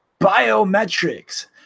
biometrics